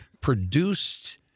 produced